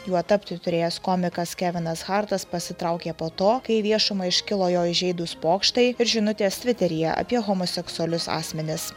juo tapti turėjęs komikas kevinas hartas pasitraukė po to kai į viešumą iškilo jo įžeidūs pokštai ir žinutės tviteryje apie homoseksualius asmenis